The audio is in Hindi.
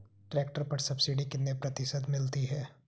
ट्रैक्टर पर सब्सिडी कितने प्रतिशत मिलती है?